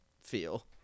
feel